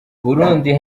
burundi